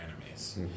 enemies